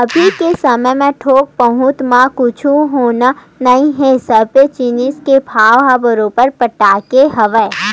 अभी के समे म थोक बहुत म कुछु होना नइ हे सबे जिनिस के भाव ह बरोबर बाड़गे हवय